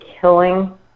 killing